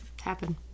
happen